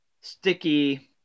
sticky